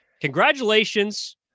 congratulations